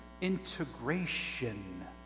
integration